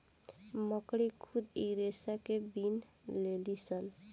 मकड़ी खुद इ रेसा के बिन लेलीसन